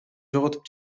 жоготуп